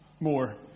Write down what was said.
more